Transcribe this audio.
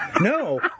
No